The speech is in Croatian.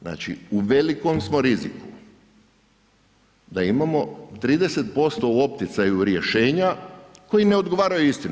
Znači u velikom smo riziku, da imamo 30% u opticaju rješenja koji ne odgovaraju istini.